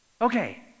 Okay